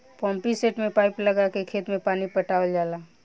pumpset में pipe लगा के खेत में पानी पटावल जाला